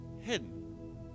hidden